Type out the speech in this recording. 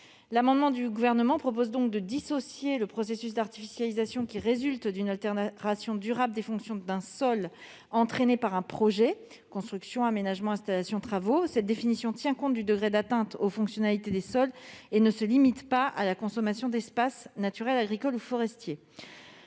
L'amendement du Gouvernement tend donc à distinguer le processus d'artificialisation qui résulte d'une altération durable des fonctions d'un sol par des constructions, des aménagements, des installations ou des travaux. Cette définition tient compte du degré d'atteinte aux fonctionnalités des sols et ne se limite pas à la consommation d'espaces naturels, agricoles ou forestiers.